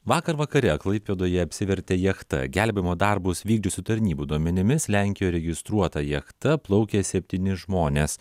vakar vakare klaipėdoje apsivertė jachta gelbėjimo darbus vykdžiusių tarnybų duomenimis lenkijoj registruota jachta plaukė septyni žmonės